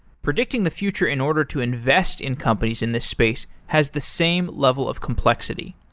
predicting the future in order to invest in companies in this space has the same level of complexity.